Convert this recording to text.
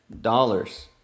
dollars